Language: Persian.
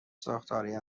ساختاری